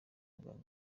muganga